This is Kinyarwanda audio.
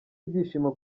ibyishimo